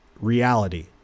reality